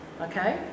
okay